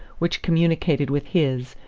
which communicated with his,